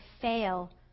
fail